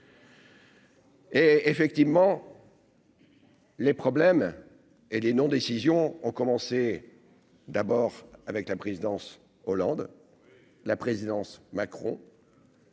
Et effectivement. Les problèmes et les non-décisions ont commencé d'abord avec la présidence Hollande la présidence Macron.